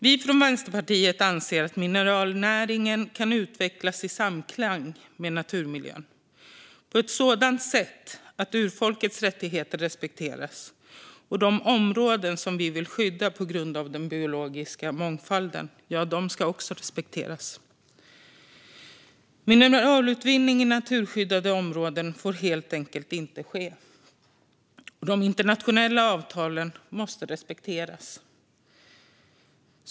Vi i Vänsterpartiet anser att mineralnäringen kan utvecklas i samklang med naturmiljön på ett sådant sätt att urfolkets rättigheter respekteras, och de områden som vi vill skydda på grund av den biologiska mångfalden ska också respekteras. Mineralutvinning i naturskyddade områden får helt enkelt inte ske, och de internationella avtalen måste respekteras.